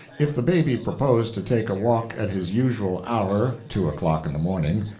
if the baby proposed to take a walk at his usual hour, two o'clock in the morning,